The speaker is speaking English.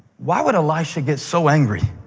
why would elisha get so angry